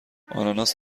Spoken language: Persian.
آناناس